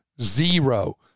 zero